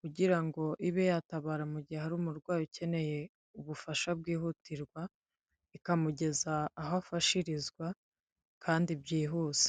kugira ngo ibe yatabara mu gihe hari umurwayi ukeneye ubufasha bwihutirwa ikamugeza aho afashirizwa kandi byihuse.